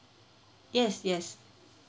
yes yes